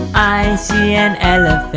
i see an and